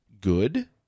good